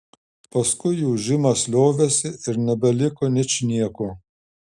paskui ūžimas liovėsi ir nebeliko ničnieko